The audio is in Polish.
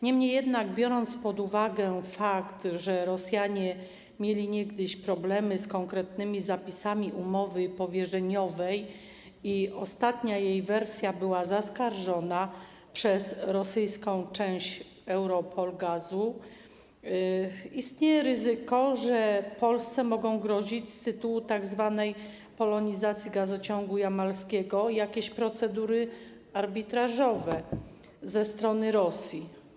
Niemniej jednak z uwagi na fakt, że Rosjanie mieli niegdyś problemy z konkretnymi zapisami umowy powierzeniowej i ostatnia jej wersja była zaskarżona przez rosyjską część EuRoPol GAZ, istnieje ryzyko, że Polsce mogą grozić z tytułu tzw. polonizacji gazociągu jamalskiego jakieś procedury arbitrażowe ze strony Rosji.